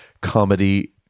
comedy